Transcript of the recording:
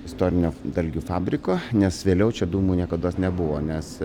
istorinio dalgių fabriko nes vėliau čia dūmų niekados nebuvo nes